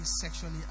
sexually